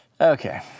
Okay